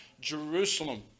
Jerusalem